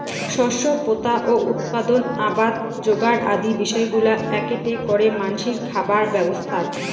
শস্য পোতা ও উৎপাদন, আবাদ যোগার আদি বিষয়গুলা এ্যাকেটে করে মানষির খাবার ব্যবস্থাক